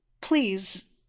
please